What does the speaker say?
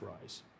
rise